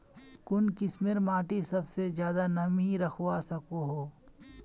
कुन किस्मेर माटी सबसे ज्यादा नमी रखवा सको हो?